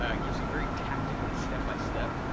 ah gives you very tactically step-by-step,